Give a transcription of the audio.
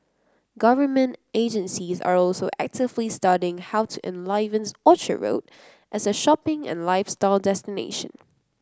government agencies are also actively studying how to enliven Orchard Road as a shopping and lifestyle destination